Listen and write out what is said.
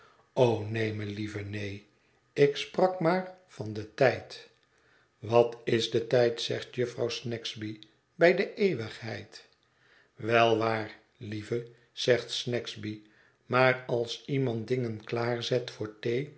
o neen melieve neen ik sprak maar van den tijd wat is de tijd zegt jufvrouw snagsby bij de eeuwigheid wel waar lieve zegt snagsby maar als iemand dingen klaarzet voor